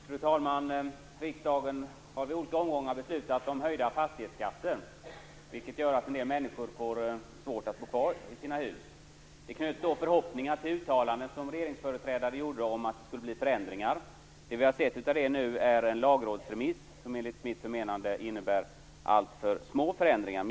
Fru talman! Riksdagen har i olika omgångar beslutat om höjda fastighetsskatter, vilket gör att en del människor får svårt att bo kvar i sina hus. Det knöts då förhoppningar till uttalanden som regeringsföreträdare gjorde om att det skulle bli förändringar. Det vi har sett av det nu är en lagrådsremiss som enligt mitt förmenande innebär alltför små förändringar.